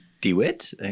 Dewitt